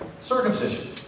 Circumcision